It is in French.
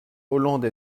hollande